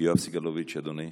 יואב סגלוביץ, אדוני.